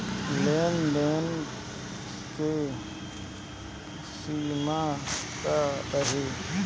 लेन देन के सिमा का रही?